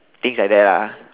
things like that lah